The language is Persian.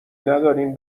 ندارین